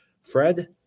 Fred